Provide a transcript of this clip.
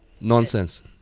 nonsense